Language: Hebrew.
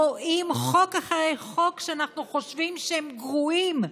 רואים חוק אחרי חוק שאנחנו חושבים שהם גרועים,